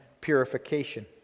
purification